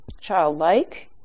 childlike